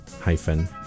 hyphen